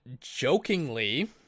jokingly